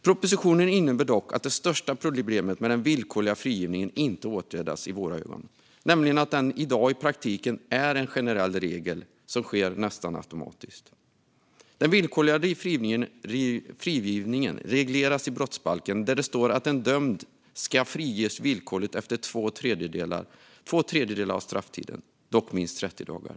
Propositionen innebär dock, i våra ögon, att det största problemet med den villkorliga frigivningen inte åtgärdas, nämligen att den i dag i praktiken är en generell regel och något som sker nästan automatiskt. Den villkorliga frigivningen regleras i brottsbalken, där det står att en dömd ska friges villkorligt efter två tredjedelar av strafftiden, dock minst 30 dagar.